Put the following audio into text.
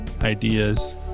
ideas